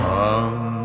Come